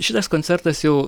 šitas koncertas jau